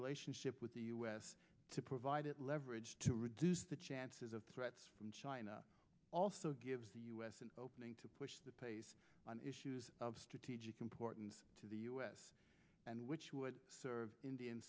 relationship with the u s to provide it leverage to reduce the chances of threats from china also gives us an opening to push the pace on issues of strategic importance to the u s and which would serve indian